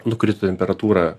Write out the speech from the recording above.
nukrito temperatūra